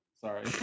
Sorry